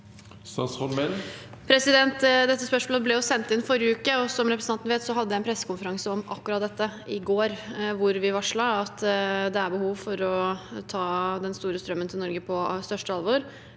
Dette spørsmålet ble sendt inn forrige uke, og som representanten vet, hadde jeg en pressekonferanse om akkurat dette i går, hvor vi varslet at det er behov for å ta den store strømmen til Norge på største alvor.